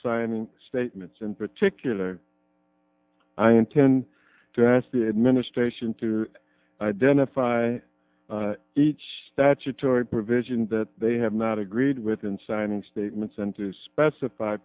signing statements in particular i intend to ask the administration to identify each statutory provision that they have not agreed with in signing statements and to specify